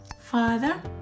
Father